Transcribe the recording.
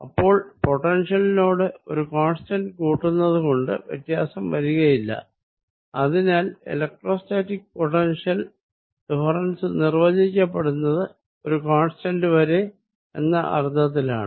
അപ്പോൾ പൊട്ടെൻഷ്യലിനോട് ഒരു കോൺസ്റ്റന്റ് കൂട്ടുന്നത് കൊണ്ട് വ്യത്യാസം വരികയില്ല അതിനാൽ എലെക്ട്രോസ്റ്റാറ്റിക് പൊട്ടൻഷ്യൽ ഡിഫറെൻസ് നിർവചിക്കപ്പെടുന്നത് ഒരു കോൺസ്റ്റന്റ് വരെ എന്ന അർത്ഥത്തിലാണ്